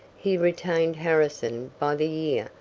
he retained harrison by the